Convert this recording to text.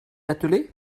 attelée